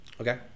Okay